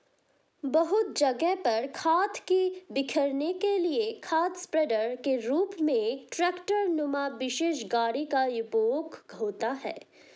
बहुत जगह पर खाद को बिखेरने के लिए खाद स्प्रेडर के रूप में ट्रेक्टर नुमा विशेष गाड़ी का उपयोग होता है